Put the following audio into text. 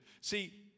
See